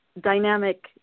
dynamic